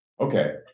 okay